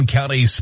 County